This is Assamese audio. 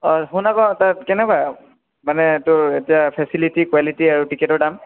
অই শুন আকৌ তাত কেনেকুৱা মানে তোৰ এতিয়া ফেচিলিটি কুৱালিটি আৰু টিকেটৰ দাম